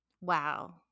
Wow